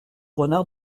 renard